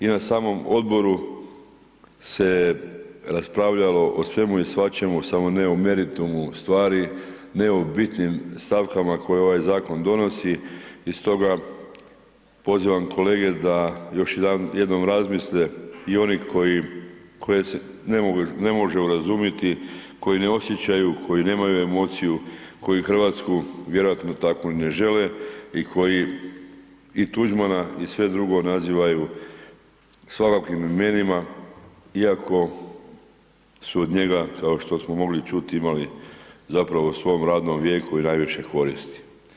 I na samom odboru se raspravljalo o svemu i svačemu samo ne o meritumu stvari, ne o bitnim stavkama koje ovaj zakon donosi i stoga pozivam kolege da još jednom razmisle i oni koji, koje se ne može urazumijeti, koji ne osjećaju, koji nemaju emociju, koji Hrvatsku vjerojatno takvu ni ne žele i koji i Tuđmana i sve drugo nazivaju svakakvim imenima iako su od njega kao što smo mogli čuti imali zapravo u svom radnom vijeku i najviše koristi.